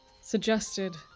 suggested